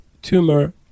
Tumor